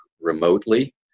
remotely